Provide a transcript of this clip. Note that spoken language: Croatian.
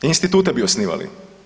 Institute bi osnovali.